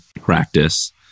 practice